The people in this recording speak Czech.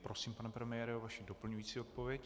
Prosím, pane premiére, o vaši doplňující odpověď.